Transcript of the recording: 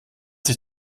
sich